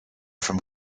from